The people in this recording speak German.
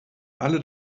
alle